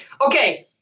Okay